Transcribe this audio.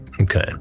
Okay